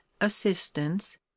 assistance